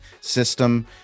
system